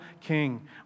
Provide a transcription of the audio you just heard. king